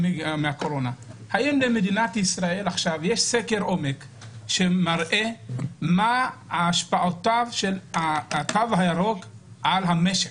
האם למדינת ישראל יש סקר עומק שמראה מה השפעותיו של התו הירוק על המשק?